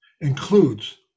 includes